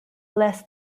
less